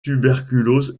tuberculose